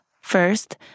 First